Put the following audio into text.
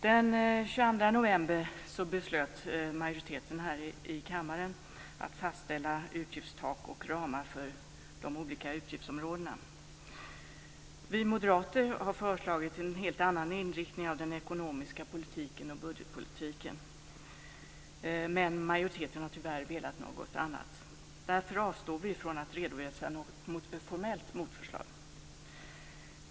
Den 22 november beslöt en majoritet av kammaren att fastställa utgiftstak och ramar för de olika utgiftsområdena. Vi moderater har föreslagit en helt annan inriktning av den ekonomiska politiken och budgetpolitiken, men majoriteten har tyvärr velat något annat. Därför avstår jag från att redovisa något formellt motförslag.